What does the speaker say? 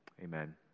Amen